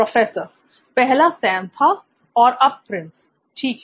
professor पहला Sam था और अब प्रिंस ठीक है